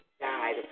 died